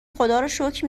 خداروشکر